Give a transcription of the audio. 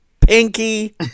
pinky